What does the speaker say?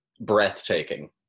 breathtaking